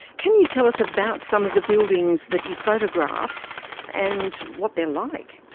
can you tell us about some of the buildings that you photographed and what they're like?